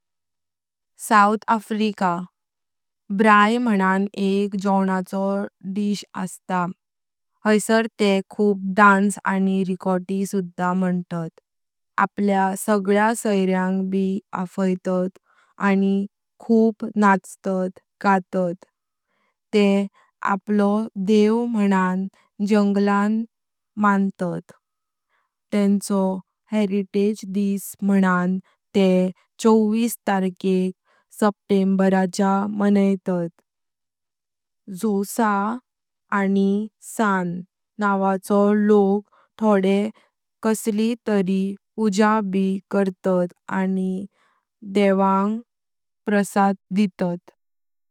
South Africa. ब्राई मानन एक जोवनाचो दिस असता। हैसर ते खूप डान्स आणि रिकोती सुधा मुनतात, आपल्या सगळ्या सैर्यांग ब आफैतत आणि खूप नाचतात गातात, ते आपलो देव मानन जुँगलेआं म्हणतात। तेंचो हेरिटेज डिस मानन ते चौविस तार्केक सेप्टेम्बराच्या मणैतत, खोसा आणि सान नावाचे लोक थोडे कसलितरी पूजा ब करतात, आणि देवांग प्रसाद दितात।